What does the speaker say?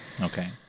Okay